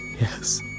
Yes